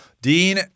Dean